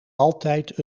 altijd